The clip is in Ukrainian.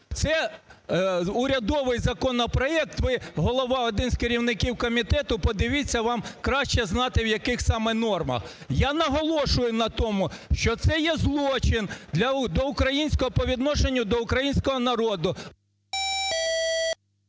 Це урядовий законопроект, ви голова, один з керівників комітету, подивіться, вам краще знати, в яких саме нормах. Я наголошую на тому, що це є злочин по відношенню до українського народу…